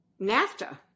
NAFTA